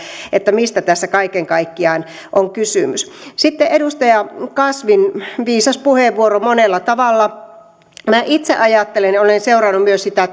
mistä tässä kaiken kaikkiaan on kysymys sitten edustaja kasvin viisas puheenvuoro monella tavalla minä itse ajattelen ja olen seurannut myös sitä